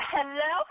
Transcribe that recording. Hello